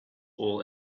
all